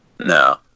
No